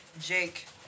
Jake